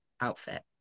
outfit